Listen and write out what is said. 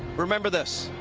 remember this.